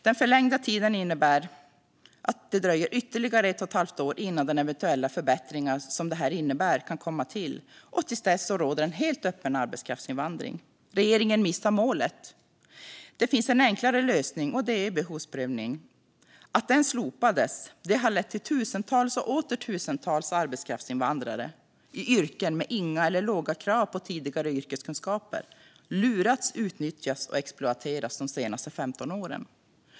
Den förlängda tiden innebär att det dröjer ytterligare ett och ett halvt år innan de eventuella förbättringar som detta innebär kan komma till. Till dess råder helt öppen arbetskraftsinvandring. Regeringen missar målet. Det finns en enklare lösning, och det är behovsprövning. Att den slopades har lett till att tusentals och åter tusentals arbetskraftsinvandrare i yrken med inga eller låga krav på tidigare yrkeskunskaper har lurats, utnyttjats och exploaterats den senaste 15 åren.